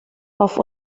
auf